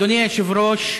אדוני היושב-ראש,